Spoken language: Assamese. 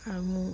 আৰু মোৰ